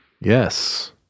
Yes